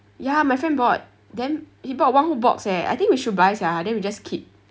ya my friend bought then he bought one whole box eh I think we should buy sia then just keep